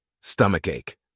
Stomachache